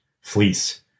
fleece